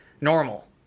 normal